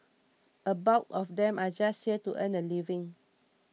a bulk of them are just here to earn a living